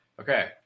Okay